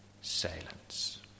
silence